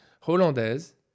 Hollandaise